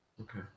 Okay